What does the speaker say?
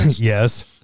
Yes